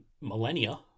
millennia